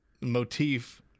motif